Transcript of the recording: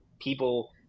people